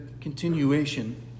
continuation